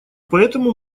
поэтому